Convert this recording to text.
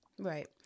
Right